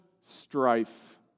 strife